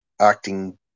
acting